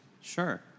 Sure